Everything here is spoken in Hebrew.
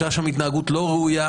הייתה שם התנהגות לא ראויה.